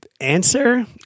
answer